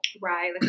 Right